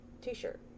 T-shirt